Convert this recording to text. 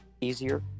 easier